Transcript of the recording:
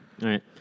right